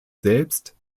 selbst